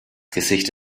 gesicht